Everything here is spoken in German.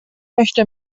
möchte